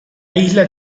isla